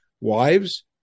wives